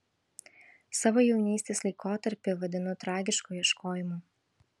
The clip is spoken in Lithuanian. savo jaunystės laikotarpį vadinu tragišku ieškojimu